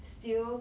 still